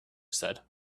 said